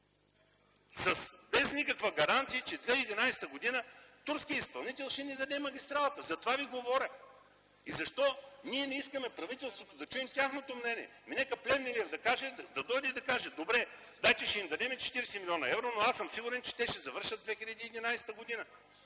без никаква гаранция, че 2011 г. турският изпълнител ще ни даде магистралата. Затова Ви говоря. И защо ние не искаме, правителството, да чуем тяхното мнение. Нека Плевнелиев да дойде и да каже: добре, дайте ще им дадем 40 млн. евро, но аз съм сигурен, че те ще завършат през 2011 г.